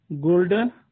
golden